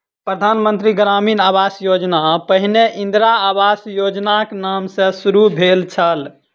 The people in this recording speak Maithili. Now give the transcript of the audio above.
प्रधान मंत्री ग्रामीण आवास योजना पहिने इंदिरा आवास योजनाक नाम सॅ शुरू भेल छल